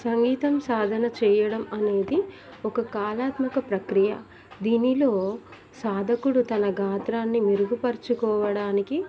సంగీతం సాధన చేయడం అనేది ఒక కళాత్మక ప్రక్రియ దీనిలో సాధకుడు తన గాత్రాన్ని మెరుగుపరుచుకోవడానికి